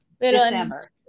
December